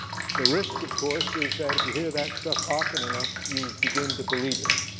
the risk of course is that if you hear that stuff often enough, you begin to believe it,